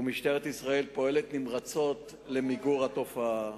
משטרת ישראל פועלת נמרצות למיגור התופעה.